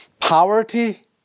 poverty